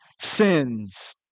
sins